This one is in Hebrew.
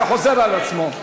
זה חוזר על עצמו.